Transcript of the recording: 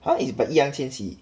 !huh! it's by 易烊千玺